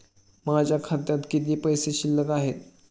माझ्या खात्यात किती पैसे शिल्लक आहेत?